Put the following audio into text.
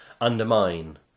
undermine